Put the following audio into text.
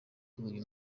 uyu